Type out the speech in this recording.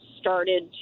started